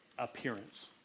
Appearance